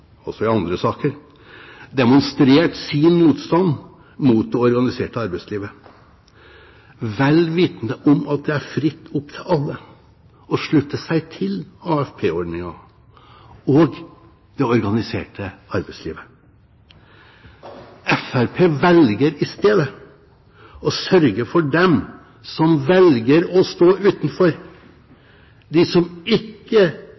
også i andre saker, demonstrert sin motstand mot det organiserte arbeidslivet, vel vitende om at det er fritt opp til alle å slutte seg til AFP-ordningen og det organiserte arbeidslivet. Fremskrittspartiet velger i stedet å sørge for dem som velger å stå utenfor, dem som ikke